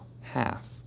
half